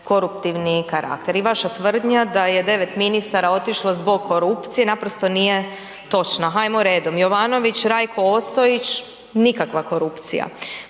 koruptivni karakter i vaša tvrdnja da je 9 ministara otišlo zbog korupcije naprosto nije točno, hajmo redom Jovanović, Rajko Ostojić, nikakva korupcija,